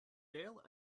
dale